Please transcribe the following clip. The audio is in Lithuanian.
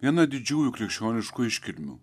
viena didžiųjų krikščioniškų iškilmių